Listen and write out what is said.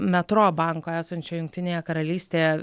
metro banko esančio jungtinėje karalystėje